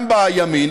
גם בימין,